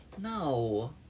No